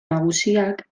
nagusiak